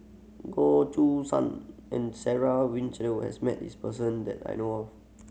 Goh San and Sarah has met this person that I know of